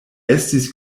estis